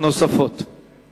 נוספות לרשותך.